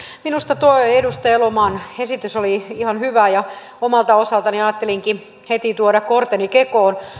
minusta tuo edustaja elomaan esitys oli ihan hyvä ja omalta osaltani ajattelinkin heti tuoda korteni kekoon